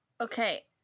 Okay